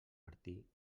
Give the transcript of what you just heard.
martí